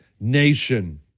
nation